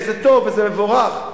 וזה טוב, וזה מבורך.